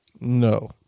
No